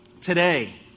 Today